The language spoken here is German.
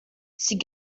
sie